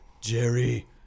Jerry